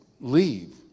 leave